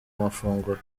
amafunguro